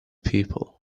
people